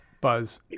Buzz